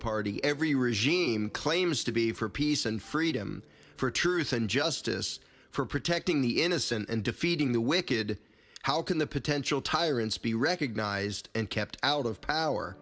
party every regime claims to be for peace and freedom for truth and justice for protecting the innocent and defeating the wicked how can the potential tyrants be recognized and kept out of power